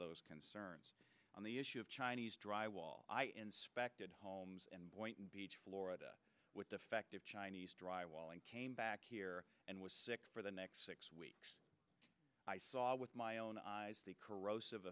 those concerns on the issue of chinese drywall i inspected homes and boynton beach florida with defective chinese drywall and came back here and was sick for the next six weeks i saw with my own eyes